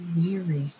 weary